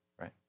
right